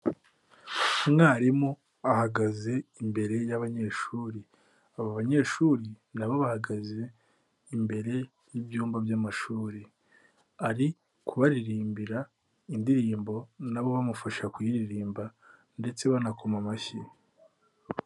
Umwarimu ahagaze imbere y'abanyeshuri, aba banyeshuri nabo bahagaze imbere y'ibyumba by'amashuri, ari kubaririmbira indirimbo nabo bamufasha kuyiririmba ndetse banakoma amashyi.